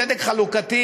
צדק חלוקתי,